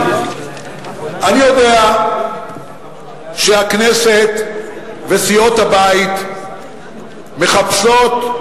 אני יודע שהכנסת וסיעות הבית מחפשות,